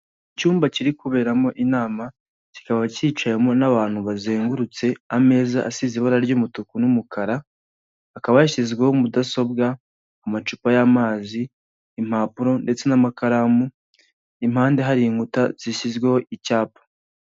Icyumba kiri kuberamo inama kikaba cyicayemo n'abantu bazengurutse ameza asize ibara ry'umutuku n'umukara akaba yashyizweho mudasobwa amacupa y'amazi impapuro ndetse n'amakaramu impande hari inkuta zishyizweho icyapa.